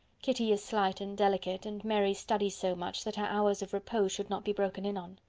kitty is slight and delicate and mary studies so much, that her hours of repose should not be broken in on.